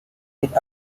with